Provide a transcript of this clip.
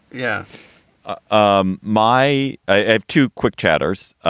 yeah ah um my i have two quick chapters.